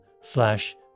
slash